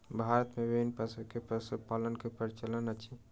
भारत मे विभिन्न पशु के पशुपालन के प्रचलन अछि